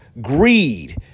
greed